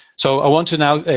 so, i want to, now,